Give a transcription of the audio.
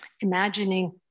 imagining